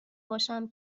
باشم